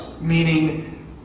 meaning